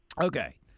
Okay